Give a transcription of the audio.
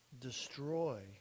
destroy